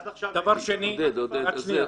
עד עכשיו לא היו ניסיונות חטיפה?